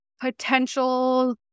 potential